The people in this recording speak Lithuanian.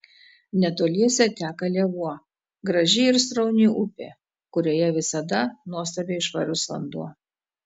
netoliese teka lėvuo graži ir srauni upė kurioje visada nuostabiai švarus vanduo